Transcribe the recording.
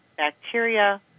Bacteria